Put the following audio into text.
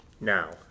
Now